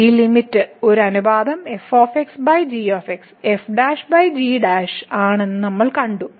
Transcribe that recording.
ഈ ലിമിറ്റ് ഈ അനുപാതം f g ആണെന്ന് നമ്മൾ കണ്ടു